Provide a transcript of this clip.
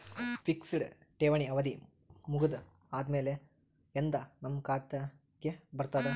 Fixed ಠೇವಣಿ ಅವಧಿ ಮುಗದ ಆದಮೇಲೆ ಎಂದ ನಮ್ಮ ಖಾತೆಗೆ ಬರತದ?